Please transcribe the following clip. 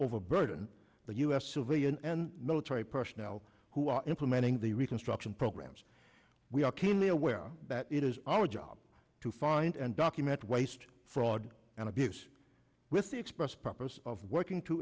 overburden the u s civilian and military personnel who are implementing the reconstruction programs we are keenly aware that it is our job to find and document waste fraud and abuse with the express purpose of working to